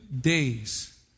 days